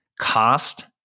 cost